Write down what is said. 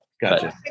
gotcha